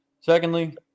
Secondly